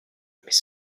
mais